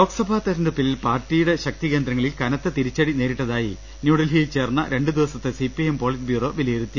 ലോക്സഭാ തെരഞ്ഞെടുപ്പിൽ പാർട്ടിയുടെ ശുക്തി കേന്ദ്രങ്ങളിൽ കനത്ത തിരിച്ചടി നേരിട്ടതായി ന്യൂഡൽഹിയിൽ ചേർന്ന രണ്ട് ദിവ സത്തെ സിപിഐഎം പൊളിറ്റ് ബ്യൂറോ വിലയിരുത്തി